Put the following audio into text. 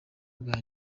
bwa